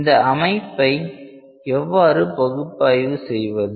இந்த அமைப்பை எவ்வாறு பகுப்பாய்வு செய்வது